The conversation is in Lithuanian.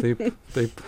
taip taip